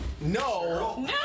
No